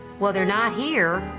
well, they're not here,